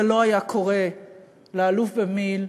זה לא היה קורה לאלוף במיל',